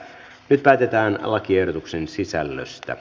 nyt päätetään lakiehdotuksen sisällöstä